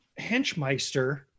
Henchmeister